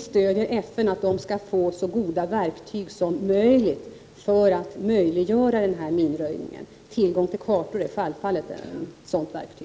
stöder vi FN och menar att FN skall få så goda verktyg som möjligt för minröjningen. Kartor är självfallet ett sådant verktyg.